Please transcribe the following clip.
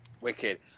Wicked